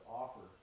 offer